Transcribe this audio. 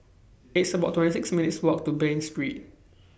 It's about twenty six minutes' Walk to Bain Street